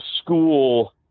school